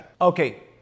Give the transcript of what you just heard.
Okay